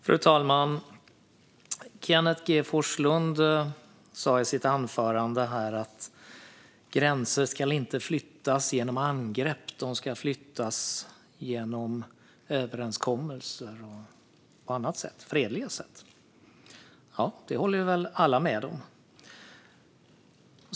Fru talman! Kenneth G Forslund sa i sitt anförande att gränser inte ska flyttas genom angrepp, utan de ska flyttas genom överenskommelser och på fredliga sätt. Ja, det håller väl alla med om.